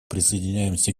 присоединяемся